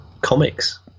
comics